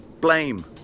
Blame